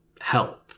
help